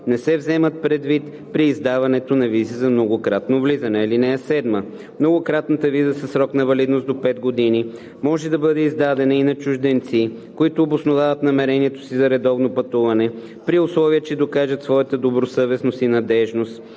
не се вземат предвид при издаването на визи за многократно влизане. (7) Многократната виза със срок на валидност до 5 години може да бъде издадена и на чужденци, които обосноват намерението си за редовно пътуване, при условие че докажат своята добросъвестност и надеждност